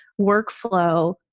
workflow